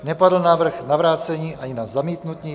Nepadl návrh na vrácení ani zamítnutí.